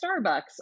Starbucks